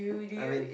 I mean